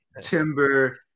Timber –